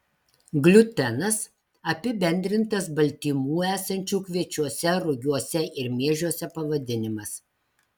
gliutenas apibendrintas baltymų esančių kviečiuose rugiuose ir miežiuose pavadinimas